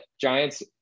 giants